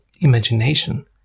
imagination